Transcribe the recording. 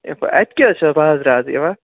ہے اَتہِ کیٛاہ حظ چھُ بازرٕ از یوان